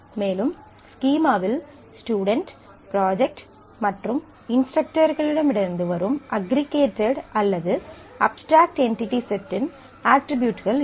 மேலும் ஸ்கீமாவில் student project மற்றும் இன்ஸ்ட்ரக்டர்களிடமிருந்து வரும் அஃகிறீகேட்டெட் அல்லது அப்ஸ்ட்ராக்ட் என்டிடி செட்டின் அட்ரிபியூட்கள் இருக்கும்